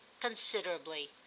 considerably